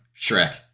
Shrek